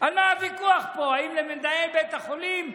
על מה הוויכוח פה, אם למנהל בית החולים,